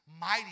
mighty